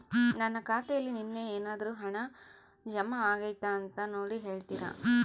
ನನ್ನ ಖಾತೆಯಲ್ಲಿ ನಿನ್ನೆ ಏನಾದರೂ ಹಣ ಜಮಾ ಆಗೈತಾ ಅಂತ ನೋಡಿ ಹೇಳ್ತೇರಾ?